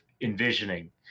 envisioning